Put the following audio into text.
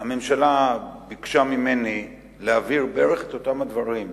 הממשלה ביקשה ממני להבהיר בערך את אותם הדברים,